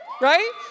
right